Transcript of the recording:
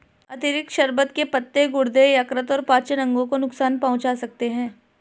अतिरिक्त शर्बत के पत्ते गुर्दे, यकृत और पाचन अंगों को नुकसान पहुंचा सकते हैं